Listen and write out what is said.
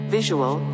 Visual